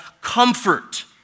comfort